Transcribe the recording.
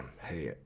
hey